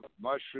mushroom